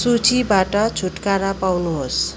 सूचीबाट छुटकारा पाउनुहोस्